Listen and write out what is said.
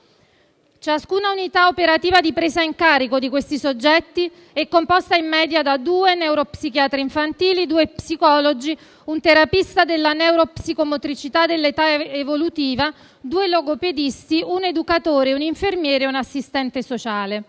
ciascuna unità operativa di presa in carico di questi soggetti è composta in media da due neuropsichiatri infantili, due psicologi, un terapista della neuropsicomotricità dell'età evolutiva, due logopedisti, un educatore, un infermiere e un assistente sociale.